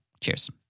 Cheers